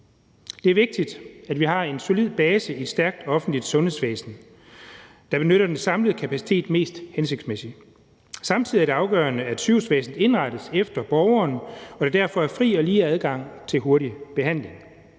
Det er vigtigt, at vi har en solid base i et stærkt offentligt sundhedsvæsen, der benytter den samlede kapacitet mest hensigtsmæssigt. Samtidig er det afgørende, at sygehusvæsenet indrettes efter borgeren, og at der derfor er fri og lige adgang til hurtig behandling.